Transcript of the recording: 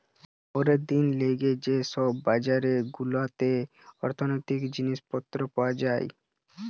পরের দিনের লিগে যে সব বাজার গুলাতে অর্থনীতির জিনিস পত্র পাওয়া যায়